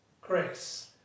Grace